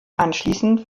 anschließend